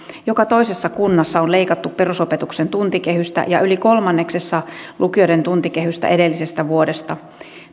joka toisessa kunnassa on leikattu perusopetuksen tuntikehystä ja yli kolmanneksessa lukioiden tuntikehystä edellisestä vuodesta